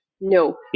No